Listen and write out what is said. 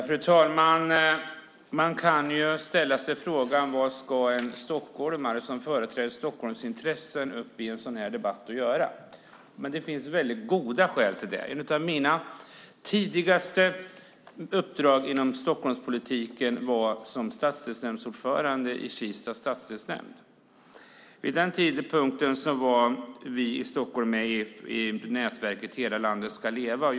Fru talman! Man kan fråga sig vad en stockholmare som företräder Stockholms intressen har att göra i en sådan här debatt. Men det finns väldigt goda skäl för det. Ett av mina tidigaste uppdrag inom Stockholmspolitiken var uppdraget som stadsdelsnämndsordförande i Kista. Vid den tidpunkten var vi i Stockholm med i nätverket Hela landet ska leva.